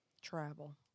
travel